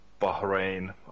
Bahrain